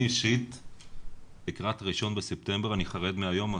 אני אישית לקראת ה-1 לספטמבר, אני חרד מהיום הזה.